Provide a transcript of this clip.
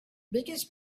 biggest